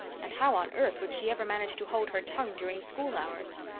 and how on earth would she ever manage to hold her tongue during school hours?